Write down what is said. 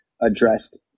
addressed